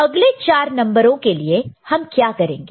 अगले चार नंबरो के लिए हम क्या करेंगे